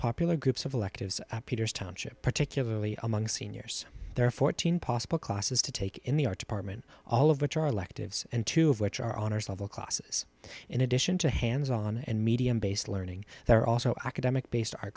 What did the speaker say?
popular groups of electives at peter's township particularly among seniors there are fourteen possible classes to take in the art department all of which are electives and two of which are honors level classes in addition to hands on and medium based learning there are also academic based